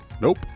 nope